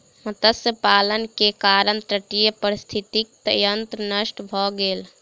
मत्स्य पालन के कारण तटीय पारिस्थितिकी तंत्र नष्ट भ गेल